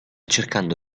cercando